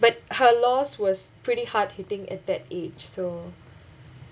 but her loss was pretty hard hitting at that age so